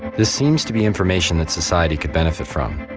this seems to be information that society could benefit from.